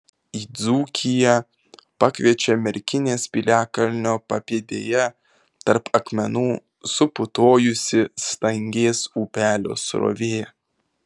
į dzūkiją pakviečia merkinės piliakalnio papėdėje tarp akmenų suputojusi stangės upelio srovė